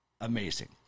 amazing